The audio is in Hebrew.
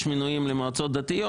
יש מינויים למועצות דתיות,